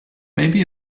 maybe